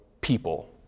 people